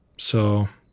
so,